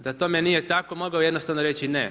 Da tome nije tako, mogao je jednostavno reći, ne.